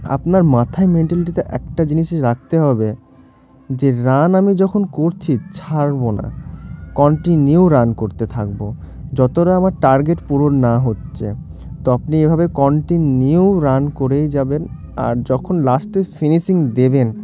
আপনার মাথায় মেন্টালিটিতে একটা জিনিসই রাখতে হবে যে রান আমি যখন করছি ছাড়ব না কন্টিনিউ রান করতে থাকব যতটা আমার টার্গেট পূরণ না হচ্ছে তো আপনি এভাবে কন্টিনিউ রান করেই যাবেন আর যখন লাস্টে ফিনিশিং দেবেন